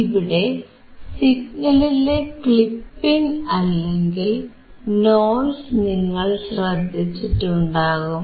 ഇവിടെ സിഗ്നലിലെ ക്ലിപ്പിംഗ് അല്ലെങ്കിൽ നോയ്സ് നിങ്ങൾ ശ്രദ്ധിച്ചിട്ടുണ്ടാകും